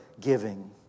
giving